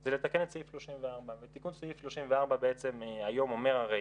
זה לתקן את סעיף 34 ותיקון סעיף 34 בעצם היום אומר הרי